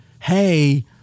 hey